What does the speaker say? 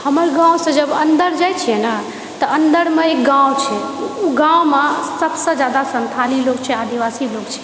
हमर गाँवसँ जब अन्दर जाय छियै ने तऽ अन्दरमे एक गाँव छै ओ गाँवमे सबसँ जादा संथाली लोग छै आदिवासी लोग छै